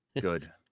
Good